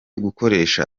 gukoresha